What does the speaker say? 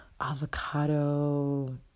avocado